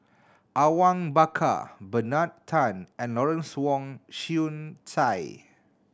Awang Bakar Bernard Tan and Lawrence Wong Shyun Tsai